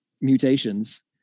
mutations